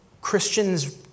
Christians